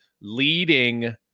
leading